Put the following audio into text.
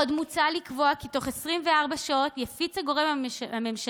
עוד מוצע לקבוע כי בתוך 24 שעות יפיץ הגורם הממשלתי